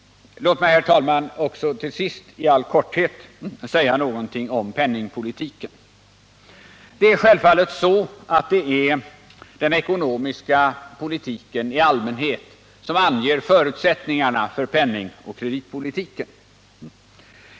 Låt mig, herr talman, till sist i all korthet säga någonting om penningpolitiken. Det är självfallet så att den ekonomiska politiken i allmänhet anger förutsättningarna för penningoch kreditpolitiken.